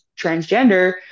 transgender